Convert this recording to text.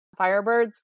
Firebirds